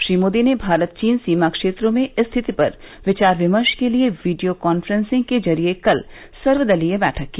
श्री मोदी ने भारत चीन सीमा क्षेत्रों में स्थिति पर विचार विमर्श के लिए वीडियो कान्फ्रेंसिंग के जरिए कल सर्वलीय बैठक की